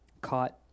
caught